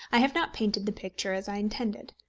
i have not painted the picture as i intended.